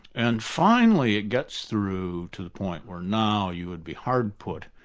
and finally it gets through to the point where now you would be hard put,